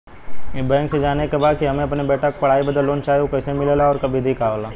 ई बैंक से जाने के बा की हमे अपने बेटा के पढ़ाई बदे लोन चाही ऊ कैसे मिलेला और का विधि होला?